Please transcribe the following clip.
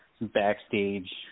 backstage